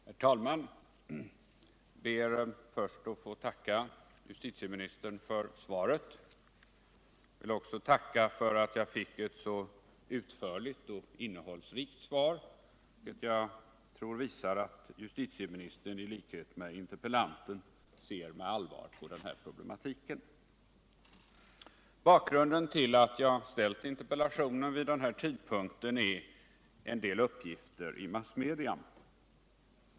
Herr talman! Jag ber först att få tacka justitieministern för svaret och för att jag fick ett så utförligt och innehållsrikt svar, vilket jag tror visar att justitieministern i likhet med interpellanten ser med allvar på den här problematiken. Bakgrunden till att jag ställt interpellationen vid den här tidpunkten är vissa uppgifter i massmedia.